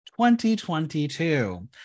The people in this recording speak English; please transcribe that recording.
2022